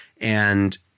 and-